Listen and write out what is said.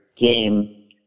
game